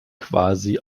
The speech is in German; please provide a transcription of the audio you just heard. quasi